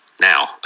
now